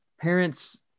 parents